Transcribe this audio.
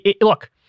look